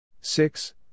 Six